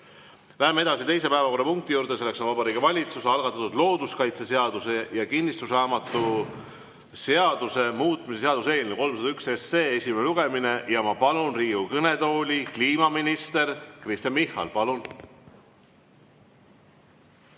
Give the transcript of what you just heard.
Läheme edasi teise päevakorrapunkti juurde, selleks on Vabariigi Valitsuse algatatud looduskaitseseaduse ja kinnistusraamatuseaduse muutmise seaduse eelnõu 301 esimene lugemine. Ma palun Riigikogu kõnetooli kliimaminister Kristen Michali. Palun!